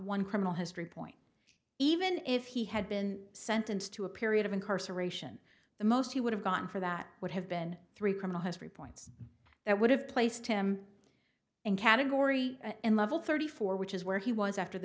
one criminal history point even if he had been sentenced to a period of incarceration the most he would have gone for that would have been three criminal history points that would have placed him in category and level thirty four which is where he was after the